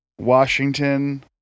washington